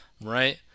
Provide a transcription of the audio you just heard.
right